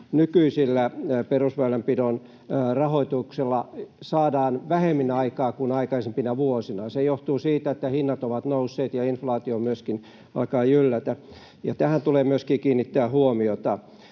nykyisellä perusväylänpidon rahoituksella saadaan aikaan vähemmän kuin aikaisempina vuosina. Se johtuu siitä, että hinnat ovat nousseet ja inflaatio myöskin alkaa jyllätä, ja tähän tulee myöskin kiinnittää huomiota.